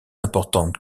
importantes